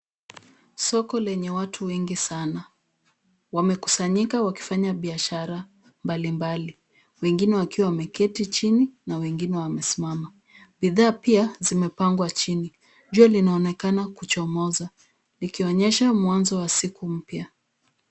Soko lenye watu wengi sana. Wamekusanyika wakifanya biashara mbali mbali wengine wakiwa wameketi chini na wengine wamesimama. Bidhaa pia zimepangwa chini. Jua linaonekana kuchomoza likionyesha mwanzo wa siku mpya.